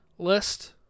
list